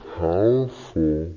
powerful